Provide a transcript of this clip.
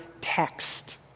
text